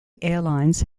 airlines